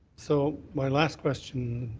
so my last question,